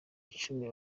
icumi